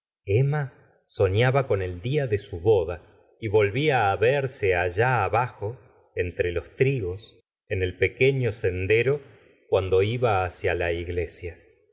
emma sofiaba con el dia de su boda y volvia á verse allá abajo entre los trigos en el pequeño sendero cuando iba hacia la iglesia